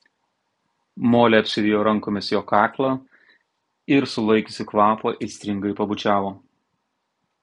molė apsivijo rankomis jo kaklą ir sulaikiusi kvapą aistringai pabučiavo